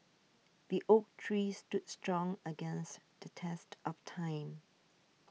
the oak tree stood strong against the test of time